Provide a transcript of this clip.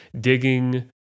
digging